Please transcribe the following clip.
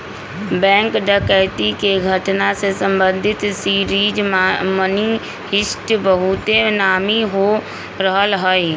bank डकैती के घटना से संबंधित सीरीज मनी हीस्ट बहुते नामी हो रहल हइ